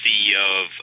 CEO